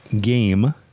game